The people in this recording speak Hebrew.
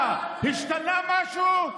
מה, השתנה משהו?